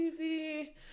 TV